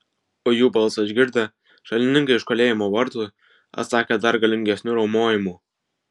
o jų balsą išgirdę šalininkai už kalėjimo vartų atsakė dar galingesniu riaumojimu